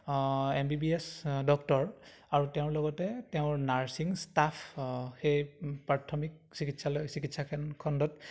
M B B S doctor আৰু তেওঁৰ লগতে তেওঁৰ নাৰ্ছিং ষ্টাফ সেই প্ৰাথমিক চিকিৎসালয় চিকিৎসালয়ৰ খণ্ডত